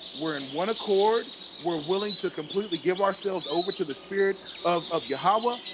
we're in one accord we're willing to completely give ourselves over to the spirit of of yahwah,